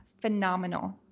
phenomenal